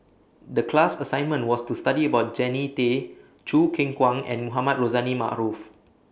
The class assignment was to study about Jannie Tay Choo Keng Kwang and Mohamed Rozani Maarof